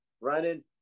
running